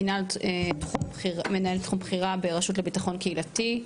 מנהלת מנהלת תחום בכירה ברשות לביטחון קהילתי,